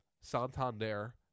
Santander